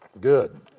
Good